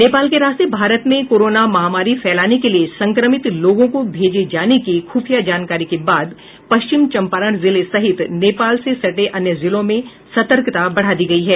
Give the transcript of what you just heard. नेपाल के रास्ते भारत में कोरोना महामारी फैलाने के लिए संक्रमित लोगों को भेजे जाने की ख्रफिया जानकारी के बाद पश्चिम चम्पारण जिले सहित नेपाल से सटे अन्य जिलों में सतर्कता बढ़ा दी गयी है